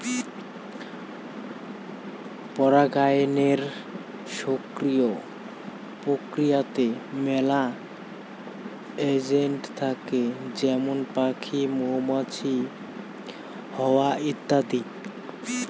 পরাগায়নের সক্রিয় প্রক্রিয়াতে মেলা এজেন্ট থাকে যেমন পাখি, মৌমাছি, হাওয়া ইত্যাদি